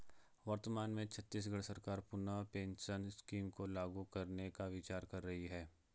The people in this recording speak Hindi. वर्तमान में छत्तीसगढ़ सरकार पुनः पेंशन स्कीम को लागू करने का विचार कर रही है